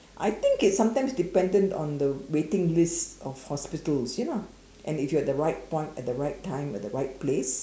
I think it's sometimes dependent on the waiting list of hospitals you know and if you are at the right point at the right time at the right place